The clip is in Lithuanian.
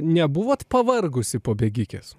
nebuvot pavargusi po bėgikės